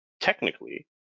technically